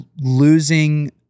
losing